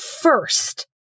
first